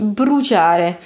bruciare